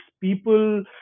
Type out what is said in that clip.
people